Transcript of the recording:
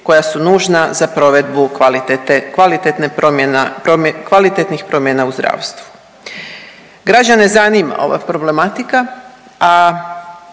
koja su nužna za provedbu kvalitete, kvalitetnih promjena u zdravstvu. Građane zanima ova problematika,